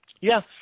Yes